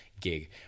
gig